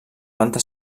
planta